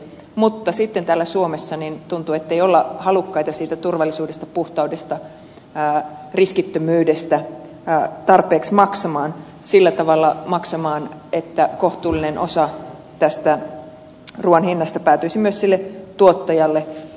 mutta sitten täällä suomessa tuntuu ettei olla halukkaita siitä turvallisuudesta puhtaudesta riskittömyydestä tarpeeksi maksamaan sillä tavalla maksamaan että kohtuullinen osa tästä ruuan hinnasta päätyisi myös sille tuottajalle